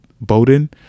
Bowden